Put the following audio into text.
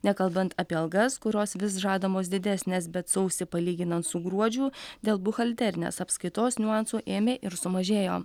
nekalbant apie algas kurios vis žadamos didesnės bet sausį palyginant su gruodžiu dėl buhalterinės apskaitos niuansų ėmė ir sumažėjo